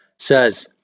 says